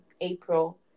April